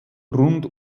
rund